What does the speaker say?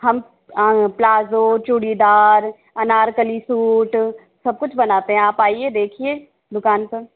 हम palazzo churidar anarkali suit सब कुछ बनाते है आप आइये देखिए दुकान पर